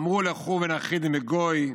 אמרו לכו ונכחידם מגוי,